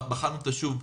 בחנו אותה שוב,